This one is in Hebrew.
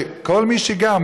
כל מי שגר,